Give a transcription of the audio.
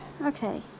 Okay